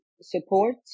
support